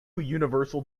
universal